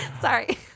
Sorry